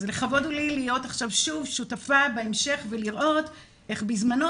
אז לכבוד הוא לי להיות עכשיו שוב שותפה בהמשך ולראות איך בזמנו,